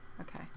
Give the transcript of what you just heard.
Okay